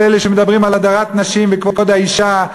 כל אלה שמדברים על הדרת נשים וכבוד האישה,